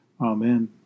Amen